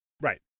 Right